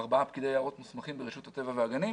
ארבעה פקידי יערות מוסמכים ברשות הטבע והגנים.